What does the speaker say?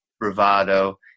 bravado